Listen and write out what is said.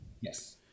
Yes